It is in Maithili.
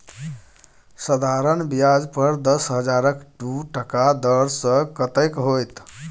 साधारण ब्याज पर दस हजारक दू टका दर सँ कतेक होएत?